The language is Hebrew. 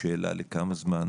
לא,